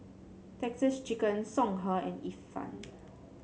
Texas Chicken Songhe and Ifan